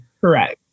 Correct